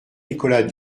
nicolas